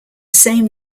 same